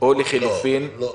או לחילופין --- חלק.